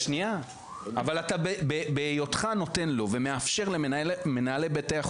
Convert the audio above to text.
אבל אתה בהיותך נותן לו ומאפשר למנהלי בתי החולים